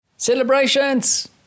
Celebrations